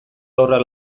haurra